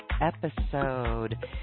episode